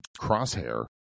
crosshair